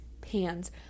pans